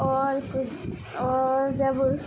اور اور جب